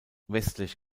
westlich